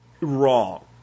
wrong